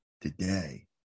Today